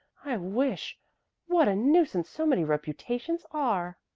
i wish what a nuisance so many reputations are!